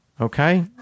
Okay